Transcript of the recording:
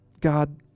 God